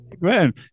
man